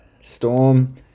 Storm